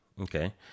Okay